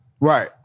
Right